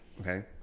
Okay